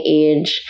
age